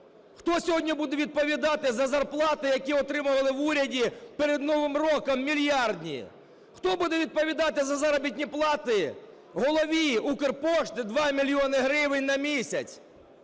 хто сьогодні буде відповідати за зарплати, які отримували в уряді перед Новим роком, мільярдні; хто буде відповідати за заробітні плати голові "Укрпошти" в 2 мільйони гривень на місяць